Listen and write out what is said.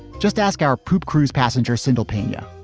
just ask our poop cruise passenger sindel pinga.